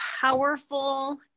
powerful